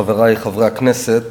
חברי חברי הכנסת,